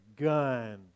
gun